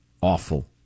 awful